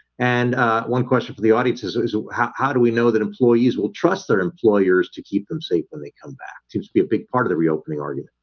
and ah one question for the audience is ah is how how do we know that employees will trust their employers to keep them safe when they come back? seems to be a big part of the reopening argument.